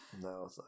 No